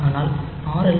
ஆனால் ஆர்